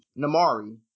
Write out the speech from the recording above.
Namari